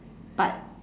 but